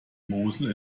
mosel